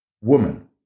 woman